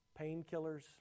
painkillers